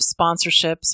sponsorships